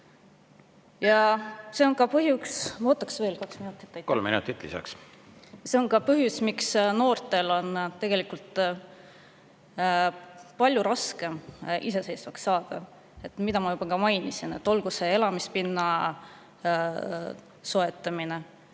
Ja see on ka põhjus … Ma võtaks veel kaks minutit. Kolm minutit lisaks. See on ka põhjus, miks noortel on tegelikult palju raskem iseseisvaks saada, nagu ma juba ka mainisin. Kas või elamispinna soetamine